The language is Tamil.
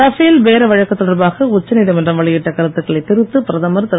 ரபேல் பேர வழக்கு தொடர்பாக உச்சநீதிமன்றம் வெளியிட்ட கருத்துக்களைத் திரித்து பிரதமர் திரு